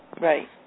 Right